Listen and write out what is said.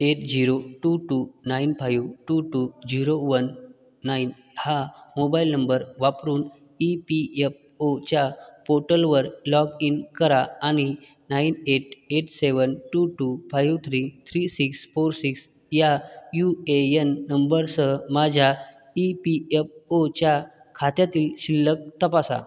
eight zero two two nine five two two zero one nine हा mobile number वापरून E P F ओच्या पोटलवर login करा आणि nine eight eight seven two two five three three six four six या U A N नंबरसह माझ्या E P F ओच्या खात्यातील शिल्लक तपासा